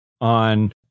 on